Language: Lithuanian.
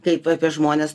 kaip apie žmones